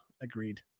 agreed